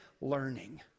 learning